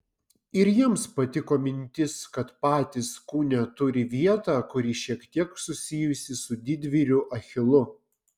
ir jiems patiko mintis kad patys kūne turi vietą kuri šiek tiek susijusi su didvyriu achilu